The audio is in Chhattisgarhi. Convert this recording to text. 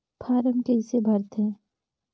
फारम कइसे भरते?